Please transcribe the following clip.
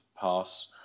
pass